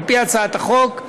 על-פי הצעת החוק,